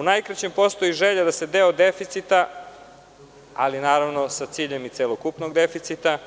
U najkraćem, postoji želja da se deo deficita, ali ponavljam celokupnog deficita,